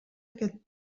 aquest